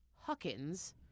Huckins